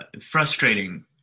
frustrating